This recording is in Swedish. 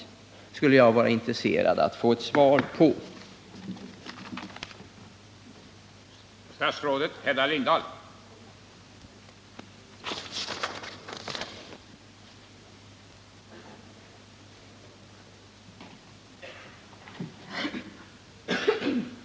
Jag skulle vara intresserad av att få ett svar på den frågan.